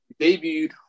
Debuted